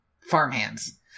farmhands